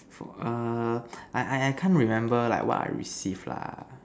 for err I I can't remember like what I receive lah